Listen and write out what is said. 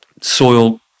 Soil